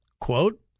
quote